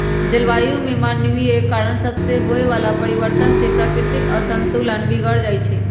जलवायु में मानवीय कारण सभसे होए वला परिवर्तन से प्राकृतिक असंतुलन बिगर जाइ छइ